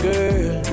Girl